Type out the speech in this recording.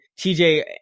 TJ